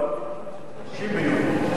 30 ביוני.